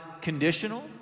conditional